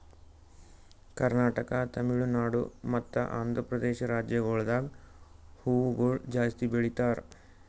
ಕರ್ನಾಟಕ, ತಮಿಳುನಾಡು ಮತ್ತ ಆಂಧ್ರಪ್ರದೇಶ ರಾಜ್ಯಗೊಳ್ದಾಗ್ ಹೂವುಗೊಳ್ ಜಾಸ್ತಿ ಬೆಳೀತಾರ್